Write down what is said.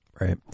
Right